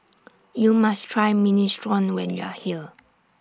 YOU must Try Minestrone when YOU Are here